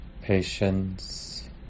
patience